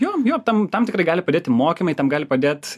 jo jo tam tam tikrai gali padėti mokymai tam gali padėt